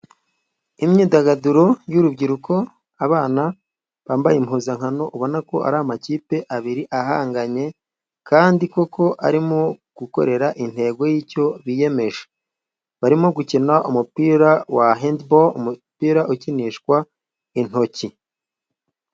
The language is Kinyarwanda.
Imyidagaduro y'urubyiruko, abana bambaye impuzankano ubona ko ari amakipe abiri ahanganye, kandi koko arimo gukorera intego y'icyo biyemeje, barimo gukina umupira wa hendiboro umupira ukinishwa intoki.